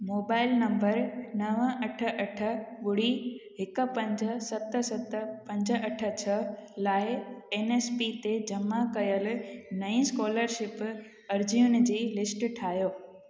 mobile number नव अठ अठ ॿुड़ी हिकु पंज सत सत अठ छह लाइ एन एस पी ते जमा कयल नईं स्कोलरशिप अर्ज़ियुनि जी लिस्ट ठाहियो